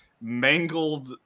mangled